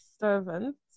servants